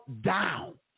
down